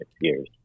years